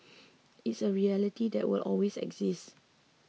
it's a reality that will always exist